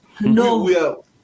No